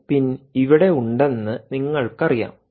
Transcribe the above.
ഈ പിൻ ഇവിടെ ഉണ്ടെന്ന് നിങ്ങൾക്കറിയാം